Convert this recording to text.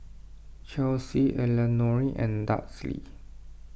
Chelsie Elenore and Dudley